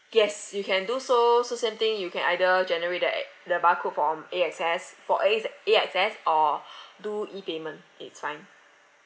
yes you can do so so same thing you can either generate that a the barcode from A_X_S for S~ A_X_S or do E payment it's fine